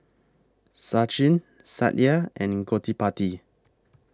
Sachin Satya and Gottipati